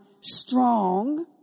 strong